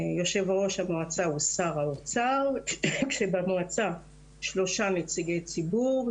יו"ר המועצה הוא שר האוצר כשבמועצה שלושה נציגי ציבור,